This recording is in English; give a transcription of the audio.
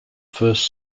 first